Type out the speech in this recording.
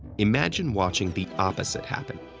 imagine watching the opposite happen.